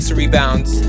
rebounds